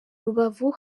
rubavu